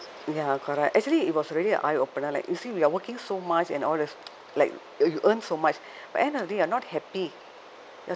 ya correct actually it was really a eye opener like you see we are working so much and all those like you earn so much but end of the day you're not happy you're